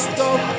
stop